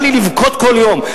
בא לי לבכות כל יום,